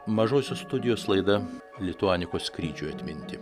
mažosios studijos laida lituanikos skrydžiui atminti